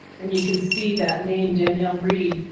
and you can see that name danielle reed,